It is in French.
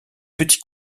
petit